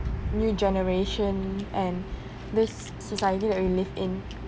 new generation and this society that we live in